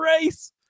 race